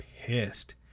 pissed